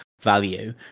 Value